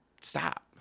stop